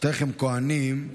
שניכם כוהנים.